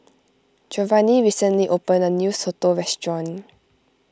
Giovanny recently opened a new Soto restaurant